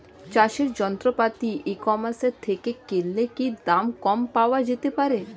চাষের যন্ত্রপাতি e commerce থেকে কিনলে কি দাম কম পাওয়া যেতে পারে?